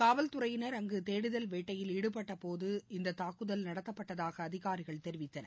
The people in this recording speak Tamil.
காவல் துறையினர் அங்கு தேடுதல் வேட்டையில் ஈடுபட்டபோது இந்தத் தாக்குதல் நடத்தப்பட்டதாக அதிகாரிகள் தெரிவித்தனர்